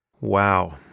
wow